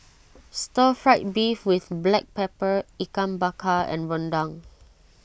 Stir Fried Beef with Black Pepper Ikan Bakar and Rendang